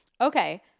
Okay